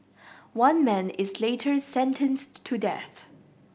one man is later sentenced to death